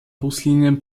buslinien